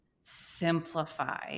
simplify